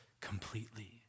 completely